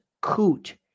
coot